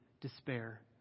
despair